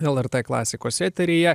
lrt klasikos eteryje